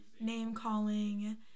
name-calling